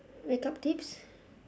makeup tips